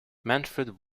manfred